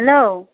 hello